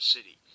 City